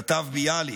כתב ביאליק.